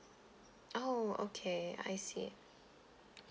oh okay I see